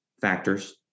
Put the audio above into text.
factors